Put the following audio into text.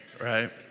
Right